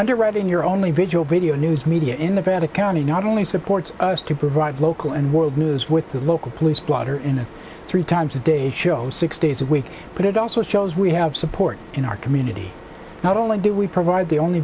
underwriting your only vigil video news media in the vatican he not only supports us to provide local and world news with the local police blotter in it three times a day shows six days a week but it also shows we have support in our community not only do we provide the only